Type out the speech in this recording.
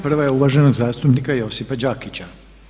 Prva je uvaženog zastupnika Josipa Đakića.